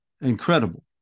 incredible